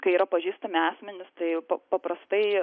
kai yra pažįstami asmenys tai pa paprastai